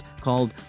called